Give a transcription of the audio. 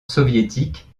soviétique